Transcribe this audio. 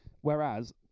Whereas